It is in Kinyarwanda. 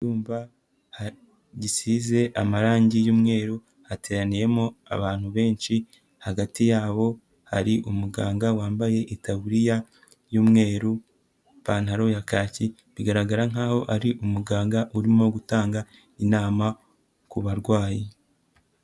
Icyumba gisize amarangi y'umweru, hateraniyemo abantu benshi, hagati yabo hari umuganga wambaye itaburiya y'umweru, ipantaro ya kaki, bigaragara nkaho ari umuganga urimo gutanga inama ku barwayi